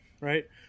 Right